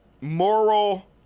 moral